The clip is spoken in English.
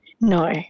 No